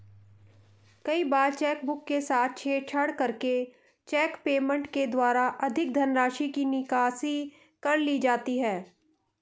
कई बार चेकबुक के साथ छेड़छाड़ करके चेक पेमेंट के द्वारा अधिक धनराशि की निकासी कर ली जाती है